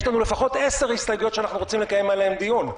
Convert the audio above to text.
יש לנו לפחות עשר הסתייגויות שאנחנו רוצים לקיים עליהן דיון.